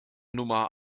nummer